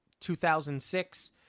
2006